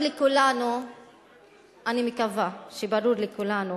אני מקווה שברור לכולנו